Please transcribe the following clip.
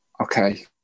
okay